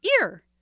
ear